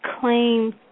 Claim